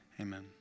amen